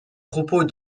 propos